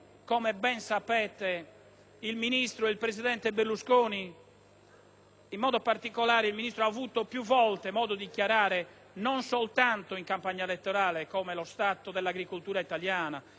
ben sapete, il presidente Berlusconi e, in modo particolare, il Ministro hanno avuto più volte modo di dichiarare, non soltanto in campagna elettorale, che lo stato dell'agricoltura italiana, l'agroalimentare, la qualità,